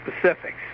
specifics